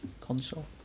console